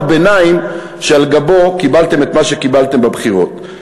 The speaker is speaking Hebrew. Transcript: ביניים שעל גבו קיבלתם את מה שקיבלתם בבחירות.